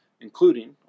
including